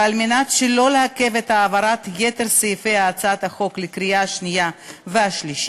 ועל מנת שלא לעכב את העברת יתר סעיפי הצעת החוק לקריאה השנייה והשלישית,